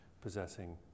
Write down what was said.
possessing